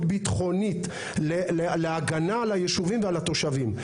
ביטחונית להגנה על היישובים ועל התושבים.